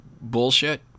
bullshit